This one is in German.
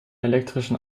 elektrischen